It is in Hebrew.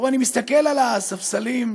אני מסתכל על הספסלים,